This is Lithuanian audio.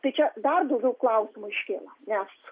tai čia dar daugiau klausimų iškyla nes